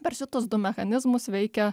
per šitus du mechanizmus veikia